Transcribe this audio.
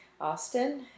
Austin